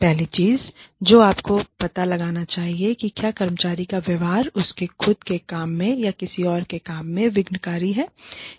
पहली चीज जो आपको पता लगाना चाहिए कि क्या कर्मचारी का व्यवहार उसके खुद के काम में या किसी और के काम में विघ्नकारी है